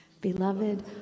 Beloved